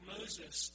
Moses